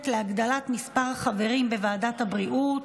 להגדלת מספר החברים בוועדת הבריאות.